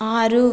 ఆరు